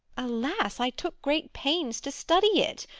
alas, i took great pains to study it,